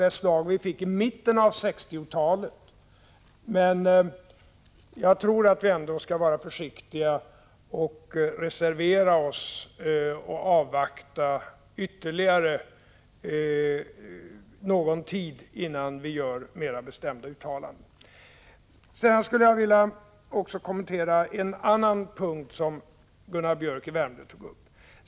Detta kan innebära inledningen till en ny trend, men jag tror ändå att vi skall vara försiktiga och avvakta ytterligare någon tid innan vi gör mera bestämda uttalanden. Sedan vill jag kommentera en annan fråga som Gunnar Biörck tog upp.